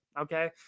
okay